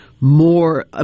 more